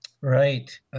Right